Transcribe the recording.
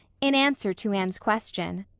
in answer to anne's question.